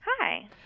Hi